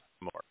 more